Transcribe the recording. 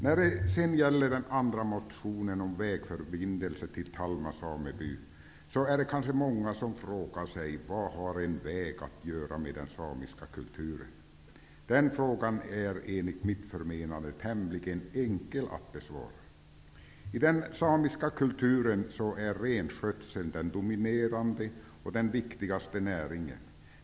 När det gäller den andra motionen om en vägförbindelse till Talma sameby är det kanske många som frågar sig vad en väg har med den samiska kulturen att göra. Den frågan är enligt mitt förmenande tämligen enkel att besvara. I den samiska kulturen är renskötsel den dominerande och viktigaste näringen.